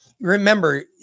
Remember